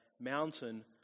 mountain